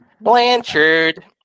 Blanchard